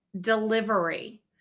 delivery